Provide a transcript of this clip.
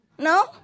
No